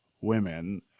women